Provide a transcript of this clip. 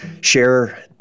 share